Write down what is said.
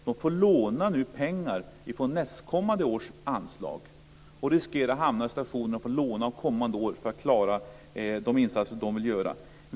De får nu låna pengar från nästkommande års anslag och riskerar att hamna i en situation där de får låna av kommande år för att klara de insatser de vill göra.